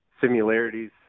similarities